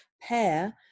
pair